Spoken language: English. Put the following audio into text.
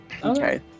Okay